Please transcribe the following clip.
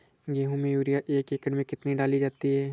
गेहूँ में यूरिया एक एकड़ में कितनी डाली जाती है?